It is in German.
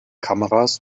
kameras